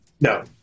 No